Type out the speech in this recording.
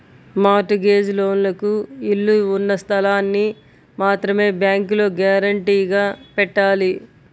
mart gauge లోన్లకు ఇళ్ళు ఉన్న స్థలాల్ని మాత్రమే బ్యేంకులో గ్యారంటీగా పెట్టాలి